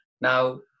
Now